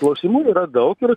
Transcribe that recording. klausimų yra daug ir